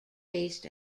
based